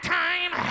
time